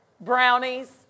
brownies